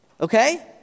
Okay